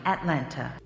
Atlanta